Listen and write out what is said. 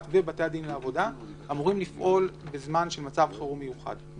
ובתי הדין לעבודה אמורים לפעול בזמן של מצב חירום מיוחד.